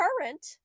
current